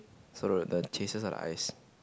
so the the chasers are the ice